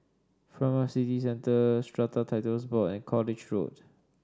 Furama City Centre Strata Titles Board and College Road